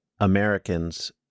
Americans